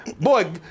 Boy